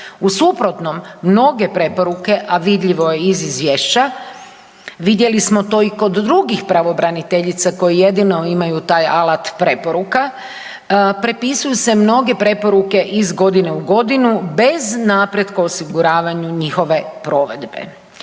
U suprotnom, mnoge preporuke, a vidljivo je iz Izvješća, vidjeli smo to i kod drugih pravobraniteljica koje jedino imaju taj alat preporuka, prepisuju se mnoge preporuke iz godine u godinu bez napretka o osiguravanju njihove provedbe.